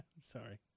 sorry